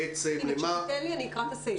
בעצם --- כשתיתן לי אני אקרא את הסעיף.